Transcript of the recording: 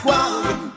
one